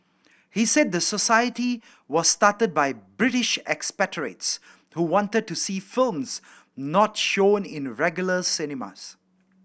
he said the society was started by British expatriates who wanted to see films not shown in regular cinemas